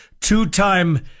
two-time